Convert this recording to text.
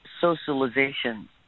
socialization